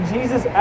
Jesus